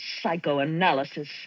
psychoanalysis